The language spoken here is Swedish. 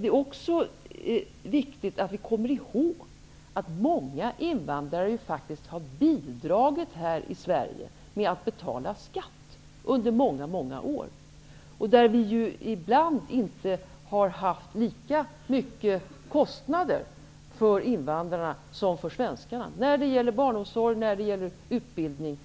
Det är också viktigt att komma ihåg att många invandrare här i Sverige faktiskt har bidragit genom att betala skatt under många många år. Ibland har vi inte haft lika stora kostnader för invandrarna som vi haft för svenskarna när det gäller barnomsorg, utbildning